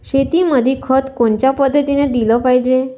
शेतीमंदी खत कोनच्या पद्धतीने देलं पाहिजे?